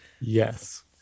Yes